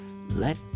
Let